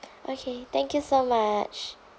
okay thank you so much